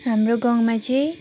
हाम्रो गाउँमा चाहिँ